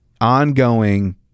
ongoing